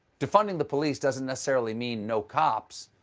defunding the police doesn't necessarily mean no cops,